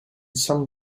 some